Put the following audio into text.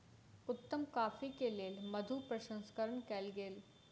उत्तम कॉफ़ी के लेल मधु प्रसंस्करण कयल गेल